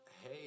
Hey